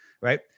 Right